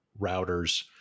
routers